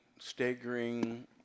staggering